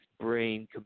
brain